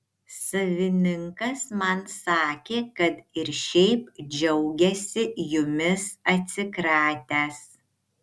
savininkas man sakė kad ir šiaip džiaugiasi jumis atsikratęs